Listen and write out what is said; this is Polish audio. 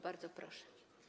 Bardzo proszę.